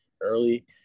early